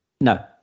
No